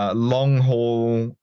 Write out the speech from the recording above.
ah long haul,